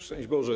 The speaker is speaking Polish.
Szczęść Boże!